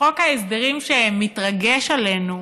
ובחוק ההסדרים שמתרגש עלינו